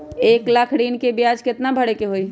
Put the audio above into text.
एक लाख ऋन के ब्याज केतना भरे के होई?